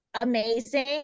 amazing